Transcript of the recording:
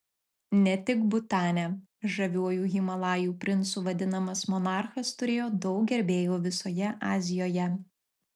ne tik butane žaviuoju himalajų princu vadinamas monarchas turėjo daug gerbėjų visoje azijoje